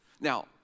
Now